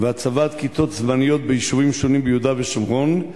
והצבת כיתות זמניות ביישובים שונים ביהודה ושומרון,